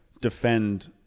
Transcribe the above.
defend